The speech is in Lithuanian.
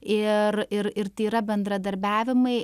ir ir ir tai yra bendradarbiavimai